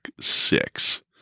Six